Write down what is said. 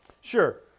Sure